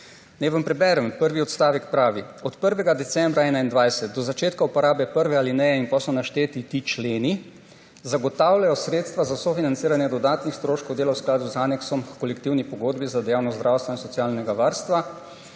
Naj vam preberem. Prvi odstavek pravi: »Od 1. decembra 2021 do začetka uporabe prve alineje,« in potem so našteti ti členi, »zagotavljajo sredstva za sofinanciranje dodatnih stroškov dela v skladu z aneksom h Kolektivni pogodbi za dejavnost zdravstva in socialnega varstva.